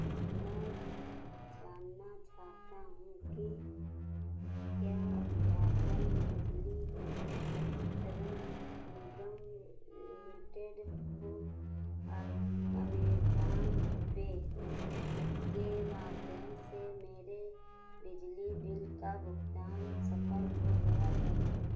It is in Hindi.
मैं जानना चाहता हूँ कि क्या झारखण्ड बिजली वितरण निगम लिमिटेड को अमेज़न पे के माध्यम से मेरे बिजली बिल का भुगतान सफल हो गया है